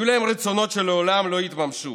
יהיו להם רצונות שלעולם לא יתממשו.